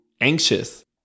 anxious